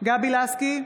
גבי לסקי,